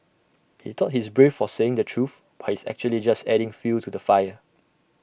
he thought he's brave for saying the truth but he's actually just adding fuel to the fire